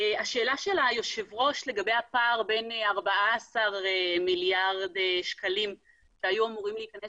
השאלה של היושב-ראש לגבי הפער בין 14 מיליארד שקלים שהיו אמורים להיכנס